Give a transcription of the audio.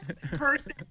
person